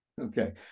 Okay